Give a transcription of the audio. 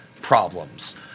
problems